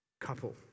couple